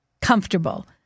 comfortable